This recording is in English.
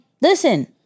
listen